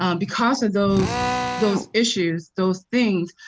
um because of those those issues, those things,